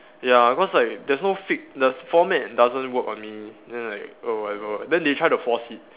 ya cause like there's no fix the format doesn't work on me then like oh whatever then they try to force it